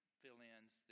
fill-ins